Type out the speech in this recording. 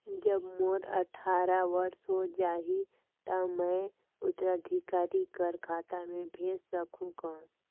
जब मोर अट्ठारह वर्ष हो जाहि ता मैं उत्तराधिकारी कर खाता मे भेज सकहुं कौन?